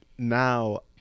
Now